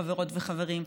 חברות וחברים.